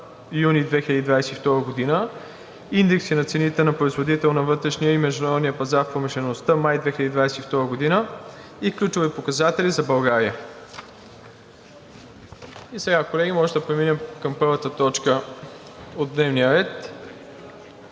България. Колеги, можем да преминем към първата точка от дневния ред,